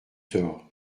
tort